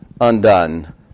undone